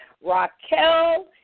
Raquel